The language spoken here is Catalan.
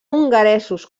hongaresos